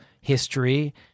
history